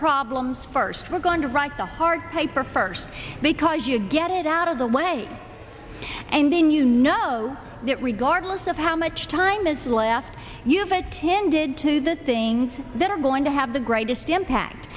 problems first we're going to write the hard paper first because you get it out of the way and then you know that regardless of how much time is left you've attended to the things that are going to have the greatest impact